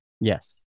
Yes